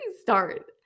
start